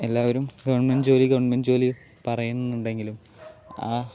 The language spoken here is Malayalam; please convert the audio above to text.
എല്ലാവരും ഗവൺമെന്റ് ജോലി ഗവൺമെന്റ് ജോലി പറയുന്നുണ്ടെങ്കിലും ആ